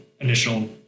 initial